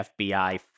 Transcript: fbi